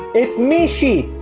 it's mishy!